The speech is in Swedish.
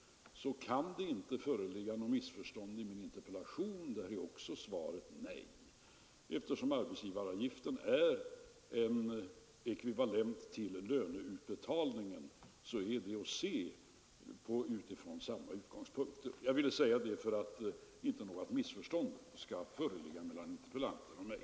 Det kan inte uppstå något missförstånd på grund av mitt svar på den punkten heller. Även där är svaret nej. Eftersom arbetsgivaravgiften är ekvivalent till löneutbetalningen är den att betrakta från samma utgångspunkter när det gäller kommunerna som när det gäller andra arbetsgivare. Jag har velat säga detta för att inget missförstånd skall råda mellan interpellanten och mig.